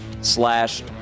slash